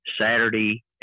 Saturday